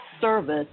service